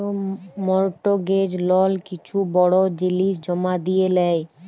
mortgage লল কিছু বড় জিলিস জমা দিঁয়ে লেই